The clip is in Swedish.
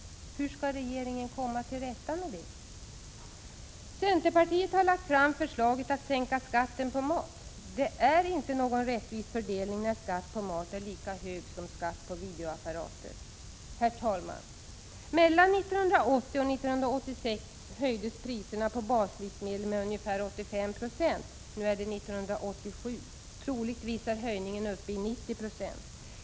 Hur skall regeringen komma till rätta med det? Centerpartiet har lagt fram förslaget att sänka skatten på mat. Det är inte någon rättvis fördelning när skatt på mat är lika hög som skatt på videoapparater. Herr talman! Mellan 1980 och 1986 höjdes priserna på baslivsmedel med ungefär 8590. Nu är det 1987. Det troliga är att höjningen är uppe i 9096.